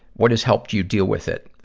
what has helped you deal with it?